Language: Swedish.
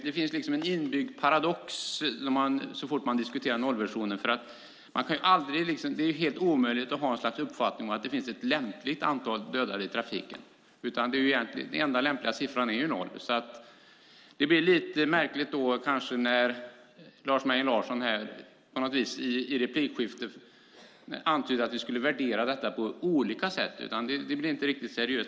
Det finns liksom en inbyggd paradox så fort man diskuterar nollvisionen. Det är ju helt omöjligt att ha någon slags uppfattning om att det finns ett lämpligt antal dödade i trafiken. Den enda lämpliga siffran är ju noll. Det blir lite märkligt när Lars Mejern Larsson på något vis i replikskiftet antyder att vi skulle värdera detta på olika sätt. Det blir inte riktigt seriöst.